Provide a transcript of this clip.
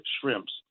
shrimps